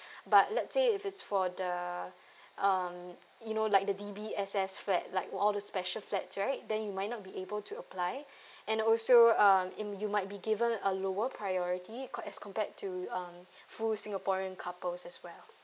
but let's say if it's for the um you know like the D_B_S_S fat like all the special flats right then you might not be able to apply and also um you you might be given a lower priority cause as compared to um full singaporean couples as well